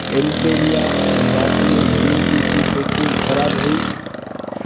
Emperia jasmine green tea जी packing ख़राब हुई